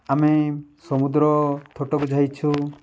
ଆମେ ସମୁଦ୍ର ତୁଠକୁ ଯାଇଛୁ